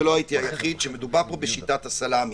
ולא הייתי היחיד שמדובר בשיטת הסלמי.